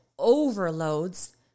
overloads